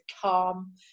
calm